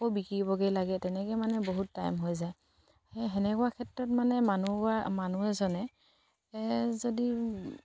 আকৌ বিকিবগে লাগে তেনেকে মানে বহুত টাইম হৈ যায় সেই সেনেকুৱা ক্ষেত্ৰত মানে মানুহ মানুহ এজনে যদি